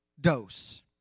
dose